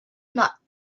not